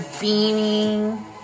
beaming